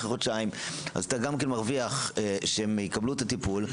אחרי חודשיים - אתה גם מרוויח שיקבלו את הטיפול,